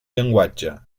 llenguatge